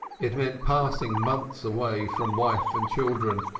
it meant passing months away from wife and children,